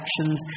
actions